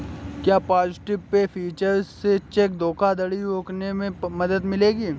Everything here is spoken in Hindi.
क्या पॉजिटिव पे फीचर से चेक धोखाधड़ी रोकने में मदद मिलेगी?